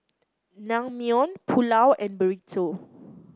Naengmyeon Pulao and Burrito